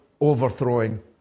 overthrowing